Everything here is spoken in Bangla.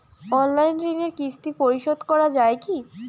অনলাইন ঋণের কিস্তি পরিশোধ করা যায় কি?